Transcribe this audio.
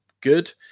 good